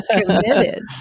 committed